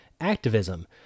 activism